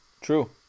True